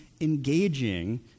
engaging